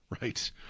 Right